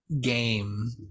game